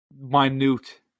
minute